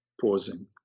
pausing